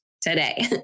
today